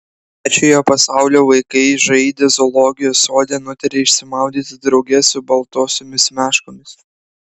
trečiojo pasaulio vaikai žaidę zoologijos sode nutarė išsimaudyti drauge su baltosiomis meškomis